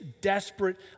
desperate